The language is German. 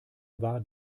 war